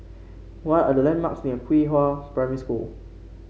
what are the landmarks near Qihua Primary School